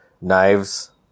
knives